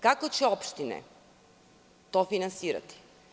Kako će opštine to finansirati?